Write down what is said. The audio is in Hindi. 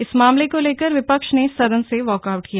इस मामले को लेकर विपक्ष ने सदन से वॉकआउट किया